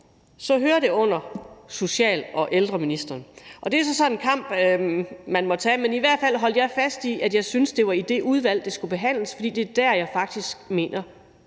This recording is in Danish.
hører det under social- og ældreministeren. Det er så en kamp, man må tage, men i hvert fald holdt jeg fast i, at jeg syntes, at det var i det udvalg, forslaget skulle behandles, fordi det er der, jeg faktisk mener